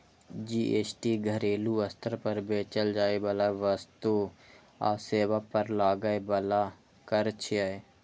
GST घरेलू स्तर पर बेचल जाइ बला वस्तु आ सेवा पर लागै बला कर छियै